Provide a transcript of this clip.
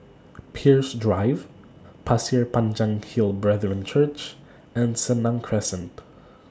Peirce Drive Pasir Panjang Hill Brethren Church and Senang Crescent